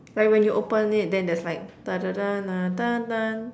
like when you open it then there's like